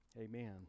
Amen